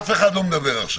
אף אחד לא מדבר עכשיו.